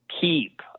keep